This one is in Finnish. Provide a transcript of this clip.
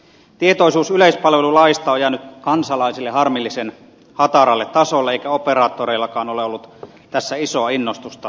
tietoisuus yleispalvelulaista on jäänyt kansalaisille harmillisen hataralle tasolle eikä operaattoreillakaan ole ollut tässä isoa innostusta tiedottamiseen